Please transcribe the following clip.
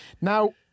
Now